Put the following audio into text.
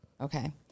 Okay